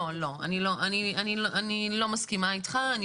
אני לא מסכימה איתך.